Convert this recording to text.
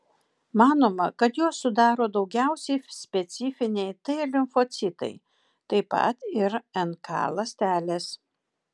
manoma kad juos sudaro daugiausiai specifiniai t limfocitai taip pat ir nk ląstelės